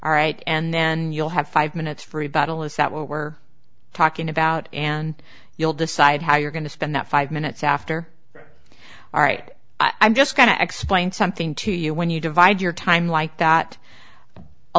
all right and then you'll have five minutes for rebuttal is that what we're talking about and you'll decide how you're going to spend that five minutes after all right i'm just going to explain something to you when you divide your time like that